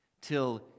till